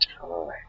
time